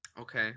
okay